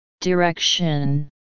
Direction